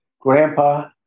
Grandpa